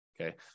okay